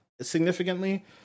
significantly